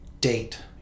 date